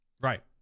Right